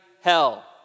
hell